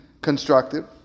constructive